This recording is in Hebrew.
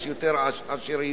יש יותר עשירים,